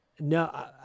No